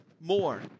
more